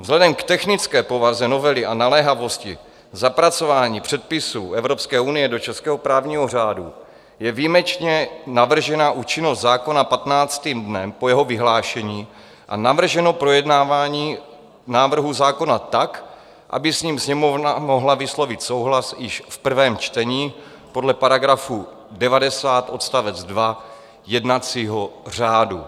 Vzhledem k technické povaze novely a naléhavosti zapracování předpisů Evropské unie do českého právního řádu je výjimečně navržena účinnost zákona 15. dnem po jeho vyhlášení a navrženo projednávání návrhu zákona tak, aby s ním Sněmovna mohla vyslovit souhlas již v prvém čtení podle § 90 odst. 2 jednacího řádu.